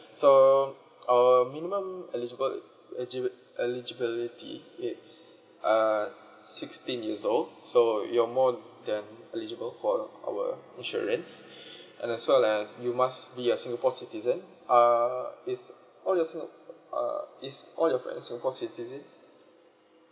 so our minimum eligible eligibility it's err sixteen years old so you're more than eligible for our insurance and as well as you must be a singapore citizen uh is all your singa~ uh is all your friend singapore citizens